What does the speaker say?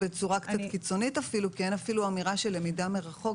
בצורה קצת קיצונית אפילו כי אין אפילו אמירה של למידה מרחוק,